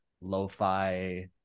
lo-fi